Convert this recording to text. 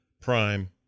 Prime